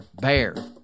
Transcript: BEAR